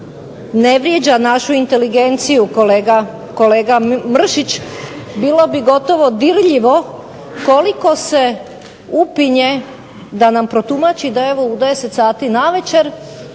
ne vrijeđa našu inteligenciju kolega Mršić bilo bi gotovo dirljivo koliko se upinje da nam protumači da evo u 10 sati navečer